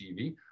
TV